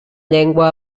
llengua